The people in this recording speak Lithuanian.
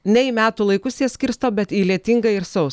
ne į metų laikus jie skirsto bet į lietingą ir saus